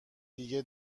دیگه